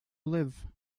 live